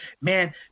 man